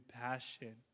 passion